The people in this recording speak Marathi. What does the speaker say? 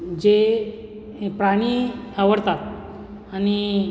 जे हे प्राणी आवडतात आणि